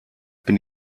bin